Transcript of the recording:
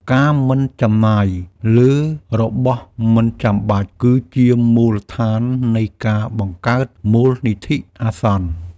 ការមិនចំណាយលើរបស់មិនចាំបាច់គឺជាមូលដ្ឋាននៃការបង្កើតមូលនិធិអាសន្ន។